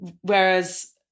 whereas